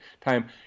time